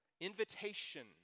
invitation